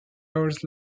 hours